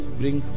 bring